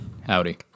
howdy